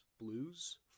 blues